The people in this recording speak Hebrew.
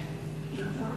נשתדל.